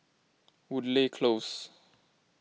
Woodleigh Close